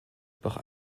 par